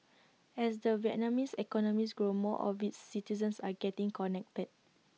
as the Vietnamese economies grows more of its citizens are getting connected